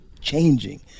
changing